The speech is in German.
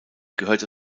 gehörte